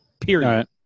Period